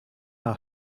are